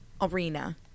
arena